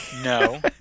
no